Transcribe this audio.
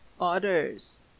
others